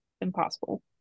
impossible